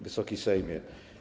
Wysoki Sejmie!